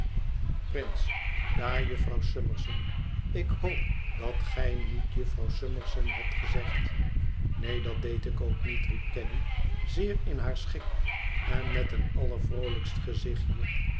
prince daar jufvrouw summerson ik hoop dat gij niet jufvrouw summerson hebt gezegd neen dat deed ik ook niet riep caddy zeer in haar schik en met een allervroolijkst gezichtje